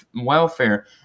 welfare